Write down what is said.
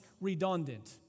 redundant